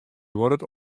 duorret